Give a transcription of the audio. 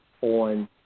on